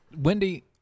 Wendy